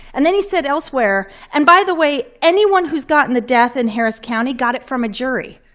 and then he said elsewhere, and by the way, anyone who's gotten the death in harris county got it from a jury.